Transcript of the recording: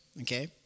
okay